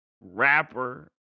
rapper